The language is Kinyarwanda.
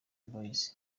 boyz